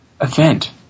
event